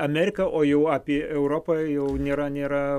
amerika o jau apie europą jau nėra nėra